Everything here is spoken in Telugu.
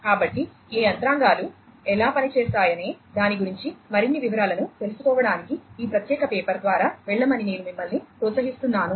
కాబట్టి ఈ యంత్రాంగాలు ఎలా పని చేస్తాయనే దాని గురించి మరిన్ని వివరాలను తెలుసుకోవడానికి ఈ ప్రత్యేక పేపర్ ద్వారా వెళ్ళమని నేను మిమ్మల్ని ప్రోత్సహిస్తున్నాను